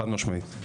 חד משמעית.